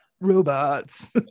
robots